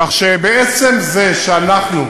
כך שבעצם זה שאנחנו,